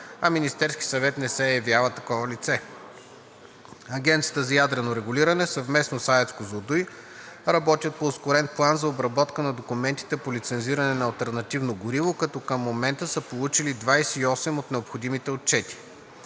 а Министерският съвет не се явява такова лице. Агенцията за ядрено регулиране съвместно с АЕЦ „Козлодуй“ работят по ускорен план за обработка на документите по лицензиране на алтернативно гориво, като към момента са получили 28 от необходимите отчети.